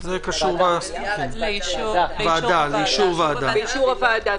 לאישור ועדה.